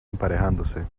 emparejándose